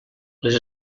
les